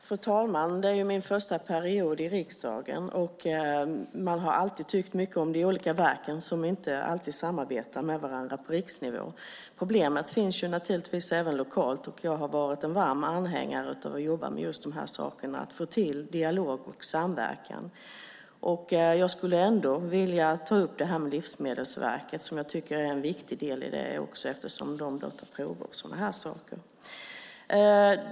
Fru talman! Det är min första period i riksdagen, och man har alltid tyckt mycket om de olika verk som inte alltid samarbetar med varandra på riksnivå. Problemet finns naturligtvis även lokalt, och jag har varit en varm anhängare av att jobba just med att få till dialog och samverkan. Jag skulle ändå vilja ta upp detta med Livsmedelsverket som jag tycker är en viktig del eftersom de tar prover på sådana här saker.